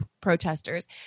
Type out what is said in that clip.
protesters